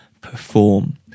perform